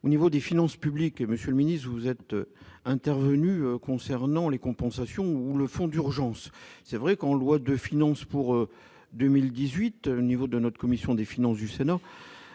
l'au niveau des finances publiques et Monsieur le Ministre, vous êtes intervenu concernant les compensations ou le fonds d'urgence, c'est vrai qu'en loi de finances pour 2018, le niveau de notre commission des finances du Sénat,